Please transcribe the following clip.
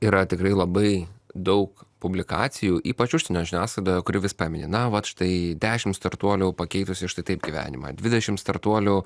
yra tikrai labai daug publikacijų ypač užsienio žiniasklaidoje kuri vis pamini na vat štai dešimt startuolių pakeitusių štai taip gyvenimą dvidešimt startuolių